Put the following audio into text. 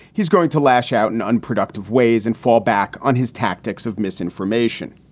he's going to lash out in unproductive ways and fall back on his tactics of misinformation.